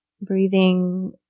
breathing